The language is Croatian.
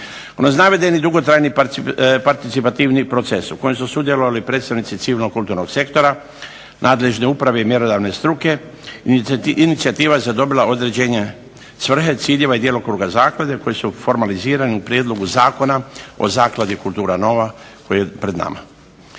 Uz navedeni dugotrajni participativni proces, u kojem su sudjelovali predstavnici civilnog kulturnog sektora, nadležne uprave i mjerodavne struke, inicijativa …/Govornik se ne razumije./… određenje svrhe, ciljeva i djelokruga zaklade koji su formalizirani u prijedlogu Zakona o zakladi "Kultura nova" koja je pred nama.